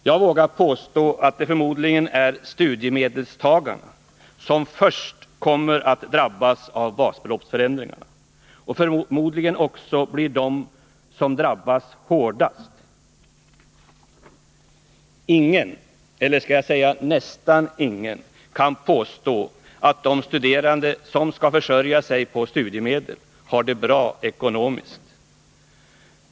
Jag vågar påstå att det förmodligen är studiemedelstagarna som först kommer att drabbas av basbeloppsförändringen och att det förmodligen också blir de som drabbas hårdast. Ingen -— eller skall jag säga nästan ingen? — kan påstå att de studerande som skall försörja sig på studiemedel, har det bra ekonomiskt.